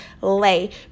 lay